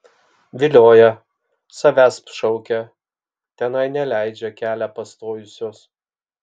vilioja savęsp šaukia tenai neleidžia kelią pastojusios